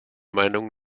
meinung